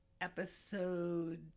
episode